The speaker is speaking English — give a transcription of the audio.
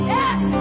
Yes